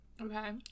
Okay